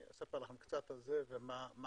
אספר לכם קצת על זה ומה